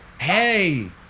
Hey